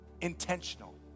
Intentional